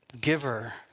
giver